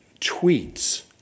tweets